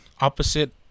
opposite